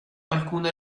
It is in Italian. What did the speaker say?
alcuna